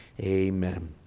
Amen